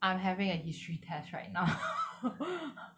I'm having a history test right now